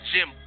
Jim